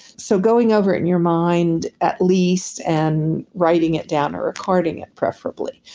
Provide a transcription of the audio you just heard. so, going over it in your mind at least and writing it down or recording it preferably.